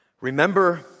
Remember